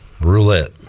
Roulette